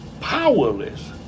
powerless